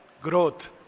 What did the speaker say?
growth